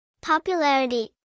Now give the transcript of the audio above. Popularity